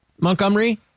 Montgomery